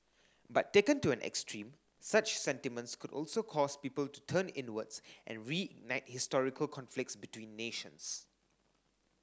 but taken to an extreme such sentiments could also cause people to turn inwards and reignite historical conflicts between nations